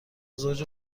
زوج